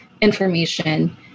information